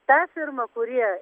ta firma kuri